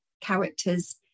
characters